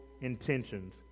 intentions